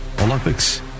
Olympics